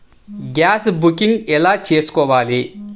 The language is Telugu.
గ్యాస్ బుకింగ్ ఎలా చేసుకోవాలి?